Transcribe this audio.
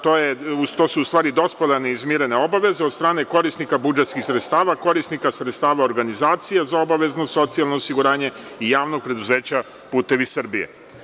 To su u stvari dospele a neizmirene obaveze od strane korisnika budžetskih sredstava, korisnika sredstava organizacija za obavezno socijalno osiguranje i JP „Putevi Srbije“